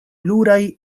pluraj